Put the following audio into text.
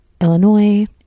Illinois